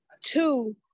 Two